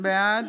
בעד